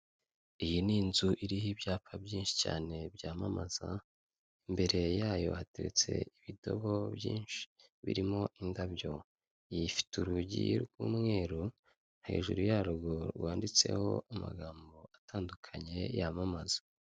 Iyi ni inzu iriho ibyapa byinshi cyane byamamaza, imbere yayo hateretse ibidobo byinshi birimo indabyo, ifite urugi rw'umweru, hejuru yarwo rwanditseho amagambo atandukanye yamamaza.